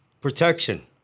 Protection